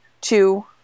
Two